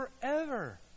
forever